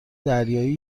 دریایی